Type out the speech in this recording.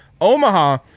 Omaha